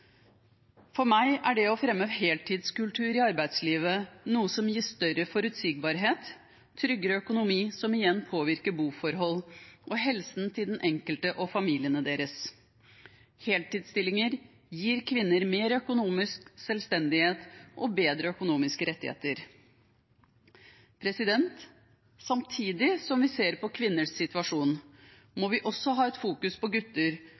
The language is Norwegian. For meg er det å fremme heltidskultur i arbeidslivet noe som gir større forutsigbarhet og tryggere økonomi, som igjen påvirker boforhold og helsen til den enkelte og familiene deres. Heltidsstillinger gir kvinner mer økonomisk selvstendighet og bedre økonomiske rettigheter. Samtidig som vi ser på kvinners situasjon, må vi også fokusere på gutter,